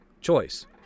choice